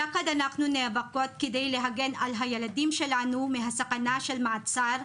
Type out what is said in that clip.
יחד אנחנו נאבקות כדי להגן על הילדים שלנו מהסכנה של מעצר,